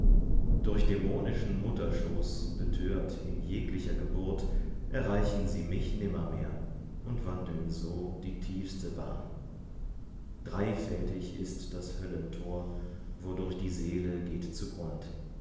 durch dämonischen mutterschoß betört in jeglicher geburt erreichen sie mich nimmermehr und wandeln so die tiefste bahn dreifältig ist das höllentor wodurch die seele geht zugrund